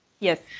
Yes